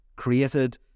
created